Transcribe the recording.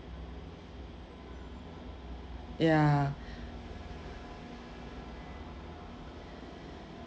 ya